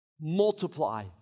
Multiply